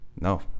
No